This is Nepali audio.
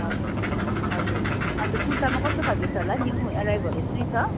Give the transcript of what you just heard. हजुर हजुर अन्त कुर्तामा कस्तो खालको छ होला न्यू अराइभलहरू कुनै छ